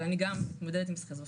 אבל אני מתמודדת עם סכיזופרניה,